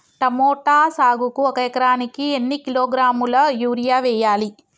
Tomato సాగుకు ఒక ఎకరానికి ఎన్ని కిలోగ్రాముల యూరియా వెయ్యాలి?